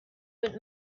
mit